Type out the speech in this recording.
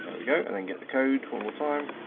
and we go. and then get the code one more time.